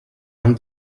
han